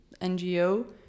NGO